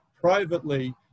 privately